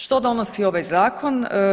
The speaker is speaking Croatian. Što donosi ovaj zakon?